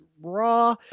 raw